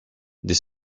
des